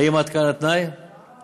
האם עד כאן התנאי, כן?